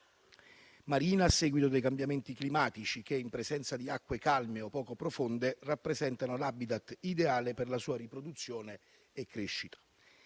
marina a seguito dei cambiamenti climatici, che in presenza di acque calme o poco profonde rappresentano l'*habitat* ideale per la sua riproduzione e crescita.